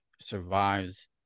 survives